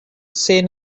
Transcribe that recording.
say